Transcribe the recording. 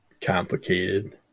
complicated